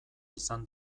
izan